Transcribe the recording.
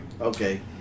okay